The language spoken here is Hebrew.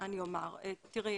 קודם כל,